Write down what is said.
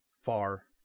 far